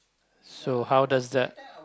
so how does that